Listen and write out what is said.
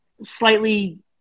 slightly